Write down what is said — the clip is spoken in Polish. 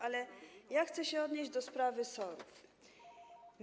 Ale ja chcę się odnieść do sprawy SOR-ów.